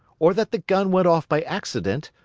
or that the gun went off by accident,